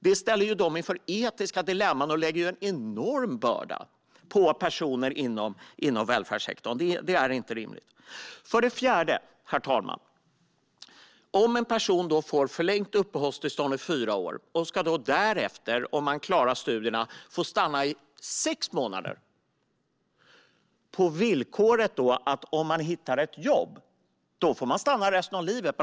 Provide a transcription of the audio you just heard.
Detta ställer dem inför etiska dilemman och lägger en enorm börda på personer inom välfärdssektorn, och det är inte rimligt. För det fjärde, herr talman: En person får förlängt uppehållstillstånd i fyra år och ska därefter, om personen klarar studierna, få stanna i ytterligare sex månader, med villkoret att man får stanna resten av livet om man hittar ett jobb.